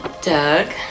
doug